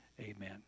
Amen